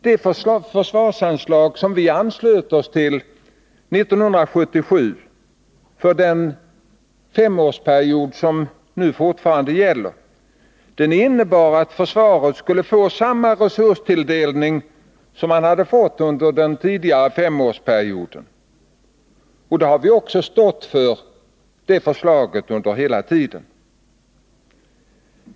Det försvarsanslag som vi anslöt oss till 1977 för den femårsperiod som fortfarande gäller innebar att försvaret skulle få samma resurstilldelning som det hade fått under den tidigare femårsperioden. Det förslaget har vi också stått för hela tiden.